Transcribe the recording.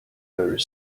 very